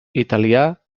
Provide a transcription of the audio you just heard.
italià